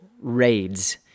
raids